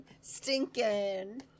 stinking